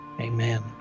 amen